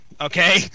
Okay